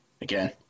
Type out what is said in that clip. Again